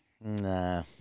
Nah